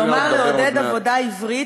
כלומר לעודד עבודה עברית,